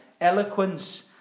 eloquence